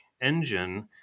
engine